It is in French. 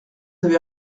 avez